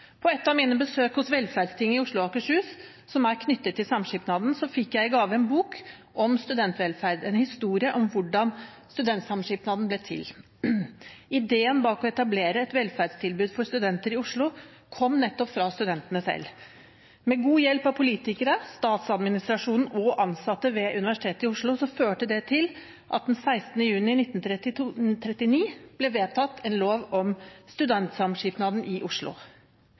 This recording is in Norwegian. På et av mine besøk hos Velferdstinget i Oslo og Akershus, som er knyttet til samskipnaden, fikk jeg i gave en bok om studentvelferd, en historie om hvordan studentsamskipnaden ble til. Ideen bak å etablere et velferdstilbud for studenter i Oslo kom nettopp fra studentene selv. Med god hjelp av politikere, statsadministrasjonen og ansatte ved Universitetet i Oslo førte det til at det den 16. juni 1939 ble vedtatt en lov om studentsamskipnaden i Oslo.